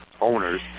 owners